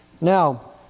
Now